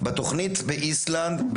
בתוכנית באיסלנד,